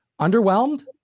underwhelmed